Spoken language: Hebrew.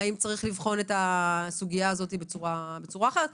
האם צריך לבחון את הסוגיה הזאת בצורה אחרת.